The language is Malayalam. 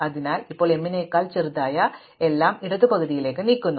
അതിനാൽ ഇപ്പോൾ m നെക്കാൾ ചെറുതായ എല്ലാം ഇടത് പകുതിയിലേക്ക് നീക്കുന്നു